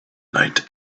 night